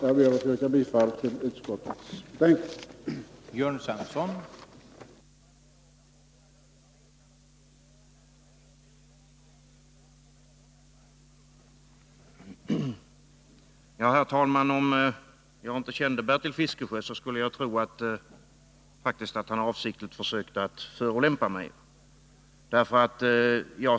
Jag ber att få yrka bifall till vad utskottet har anfört.